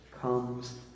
comes